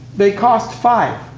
they cost five